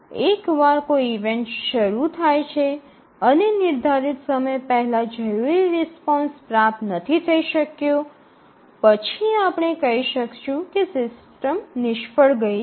એકવાર કોઈ ઈવેન્ટ શરૂ થાય છે અને નિર્ધારિત સમય પહેલાં જરૂરી રિસ્પોન્સ પ્રાપ્ત નથી થઈ શક્યો પછી આપણે કહીશું કે સિસ્ટમ નિષ્ફળ ગઈ છે